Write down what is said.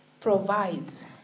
provides